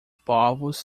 povos